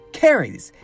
carries